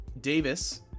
Davis